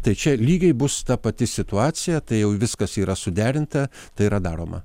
tai čia lygiai bus ta pati situacija tai jau viskas yra suderinta tai yra daroma